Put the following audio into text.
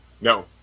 No